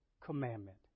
commandment